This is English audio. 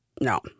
No